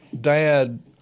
Dad